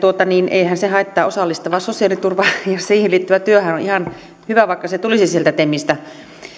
eihän se haittaa osallistava sosiaaliturva ja siihen liittyvä työhän ovat ihan hyviä vaikka ne tulisivat sieltä temistä